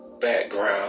background